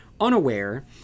unaware